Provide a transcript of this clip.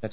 that's